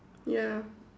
ya